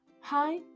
Hi